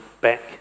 back